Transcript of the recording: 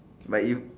but if